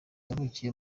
yavukiye